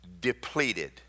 depleted